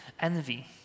envy